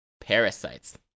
Parasites